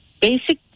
basic